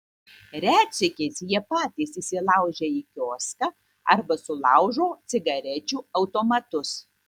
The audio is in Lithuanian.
retsykiais jie patys įsilaužia į kioską arba sulaužo cigarečių automatus